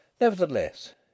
Nevertheless